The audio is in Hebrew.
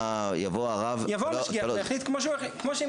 יבוא הרב --- יבוא המשגיח ויחליט כמו שהם